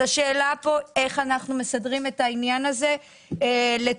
השאלה פה איך אנחנו מסדרים את העניין הזה לטובת